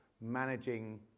managing